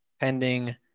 pending